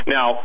Now